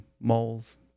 moles